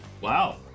Wow